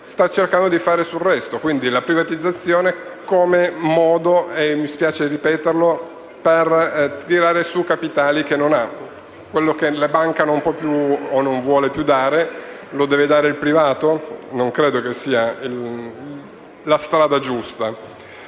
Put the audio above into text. sta cercando di fare sul resto: la privatizzazione come modo - mi dispiace ripeterlo - per tirare su capitali che non ha. Quello che una banca non può o non vuole più dare, lo deve dare il privato? Non credo che sia la strada giusta.